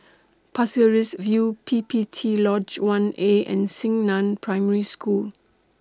Pasir Ris View P P T Lodge one A and Xingnan Primary School